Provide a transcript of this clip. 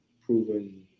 proven